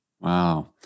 Wow